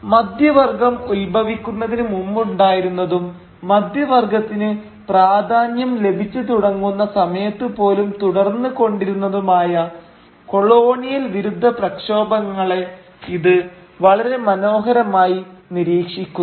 മധ്യവർഗ്ഗം ഉത്ഭവിക്കുന്നതിന് മുമ്പുണ്ടായിരുന്നതും മധ്യവർഗ്ഗത്തിന് പ്രാധാന്യം ലഭിച്ച് തുടങ്ങുന്ന സമയത്ത് പോലും തുടർന്ന് കൊണ്ടിരുന്നതുമായ കൊളോണിയൽ വിരുദ്ധ പ്രക്ഷോഭങ്ങളെ ഇത് വളരെ മനോഹരമായി നിരീക്ഷിക്കുന്നു